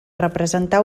representar